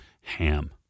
Ham